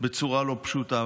בצורה לא פשוטה.